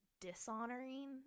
dishonoring